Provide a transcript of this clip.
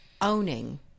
owning